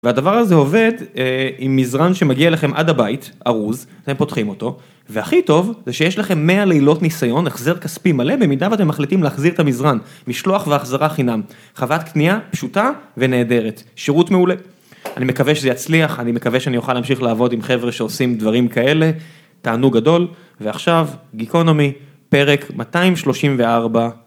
והדבר הזה עובד עם מזרן שמגיע לכם עד הבית, ארוז, אתם פותחים אותו והכי טוב, זה שיש לכם מאה לילות ניסיון, החזר כספי מלא, במידה ואתם מחליטים להחזיר את המזרן, משלוח והחזרה חינם, חוות קנייה פשוטה ונהדרת, שירות מעולה. אני מקווה שזה יצליח, אני מקווה שאני אוכל להמשיך לעבוד עם חבר'ה שעושים דברים כאלה, תענוג גדול ועכשיו, גיקונומי, פרק 234.